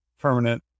permanent